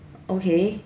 okay